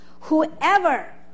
whoever